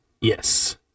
Yes